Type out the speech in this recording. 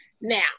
Now